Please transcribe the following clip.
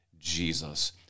Jesus